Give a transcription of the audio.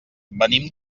venim